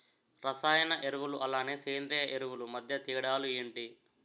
రసాయన ఎరువులు అలానే సేంద్రీయ ఎరువులు మధ్య తేడాలు ఏంటి?